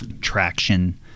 traction